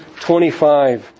25